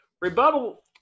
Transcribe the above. Rebuttal